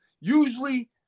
Usually